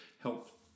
help